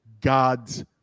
God's